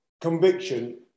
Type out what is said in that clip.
conviction